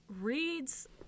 reads